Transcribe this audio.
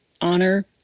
honor